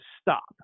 stop